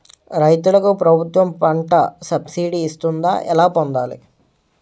రైతులకు ప్రభుత్వం పంట సబ్సిడీ ఇస్తుందా? ఎలా పొందాలి?